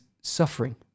suffering